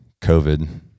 COVID